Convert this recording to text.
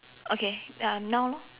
okay uh now lor